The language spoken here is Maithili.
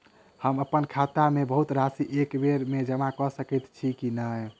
हम अप्पन खाता मे बहुत राशि एकबेर मे जमा कऽ सकैत छी की नै?